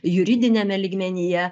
juridiniame lygmenyje